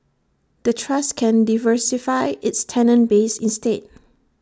the trust can diversify its tenant base instead